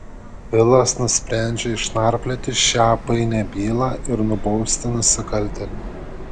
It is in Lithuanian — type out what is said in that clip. filas nusprendžia išnarplioti šią painią bylą ir nubausti nusikaltėlį